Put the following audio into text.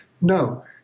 no